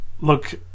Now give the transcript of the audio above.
look